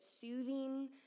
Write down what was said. soothing